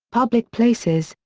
public places,